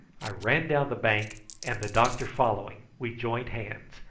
i ran down the bank and the doctor following, we joined hands,